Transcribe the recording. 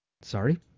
sorry